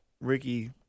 Ricky